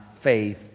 faith